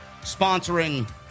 sponsoring